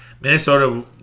Minnesota